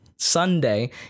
Sunday